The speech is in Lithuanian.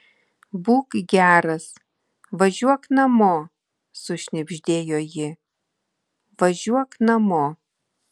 būk geras važiuok namo sušnibždėjo ji važiuok namo